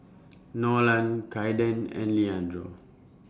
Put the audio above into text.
Nolan Kaiden and Leandro